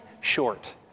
short